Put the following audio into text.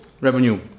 revenue